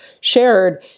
shared